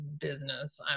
business